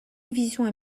divisions